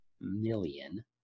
million